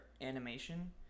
animation